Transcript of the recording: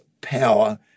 power